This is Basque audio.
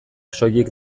soilik